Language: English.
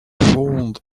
found